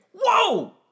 Whoa